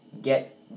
get